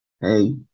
Hey